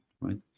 right